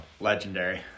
legendary